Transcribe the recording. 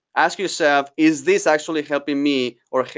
ask yourself, is this actually helping me? or,